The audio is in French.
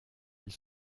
elle